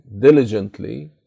diligently